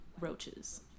roaches